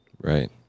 right